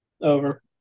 Over